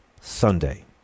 Sunday